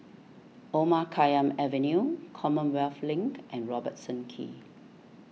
Omar Khayyam Avenue Commonwealth Link and Robertson Quay